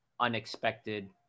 unexpected